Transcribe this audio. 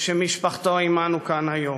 שמשפחתנו עמנו כאן היום.